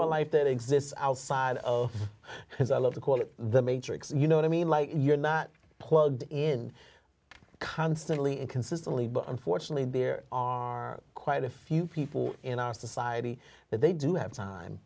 a life that exists outside of as i love to call it the matrix you know i mean like you're not plugged in constantly and consistently but unfortunately there are quite a few people in our society that they do have time